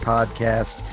Podcast